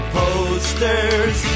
posters